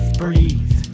breathe